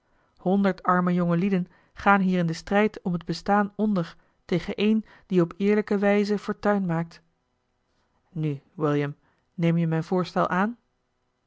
honderd arme jongelieden gaan hier in den strijd om het bestaan onder tegen één die op eerlijke wijze fortuin maakt nu william neem je mijn voorstel aan